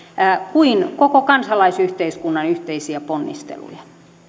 kuin koko kansalaisyhteiskunnan yhteisiä ponnisteluja